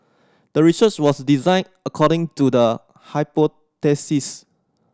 the research was designed according to the hypothesis